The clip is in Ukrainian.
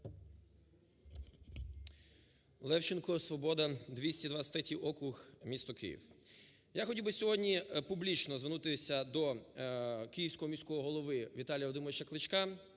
Левченко, "Свобода" 223-й округ, місто Київ. Я хотів би сьогодні публічно звернутися до Київського міського голови Віталія Володимировича Кличка,